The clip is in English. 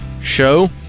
Show